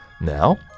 Now